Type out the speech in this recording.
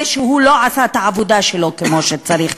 שהוא לא עשה את העבודה שלו כמו שצריך.